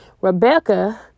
Rebecca